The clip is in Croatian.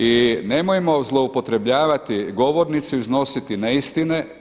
I nemojmo zloupotrebljavati govornicu, iznositi neistine.